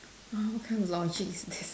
!wah! what kind of logic is that